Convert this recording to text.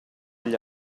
gli